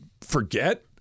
forget